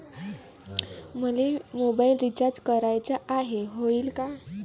मले mobile recharge कराचा हाय, होईनं का?